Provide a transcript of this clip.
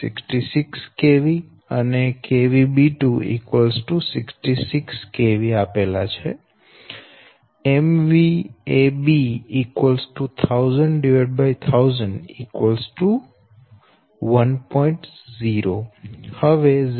66 kV અને B2 66 kV B 10001000 1